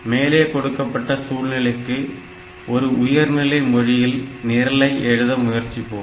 மேலே கொடுக்கப்பட்ட சூழ்நிலைக்கு ஒரு உயர்நிலை மொழியில் நிரலை எழுத முயற்சிப்போம்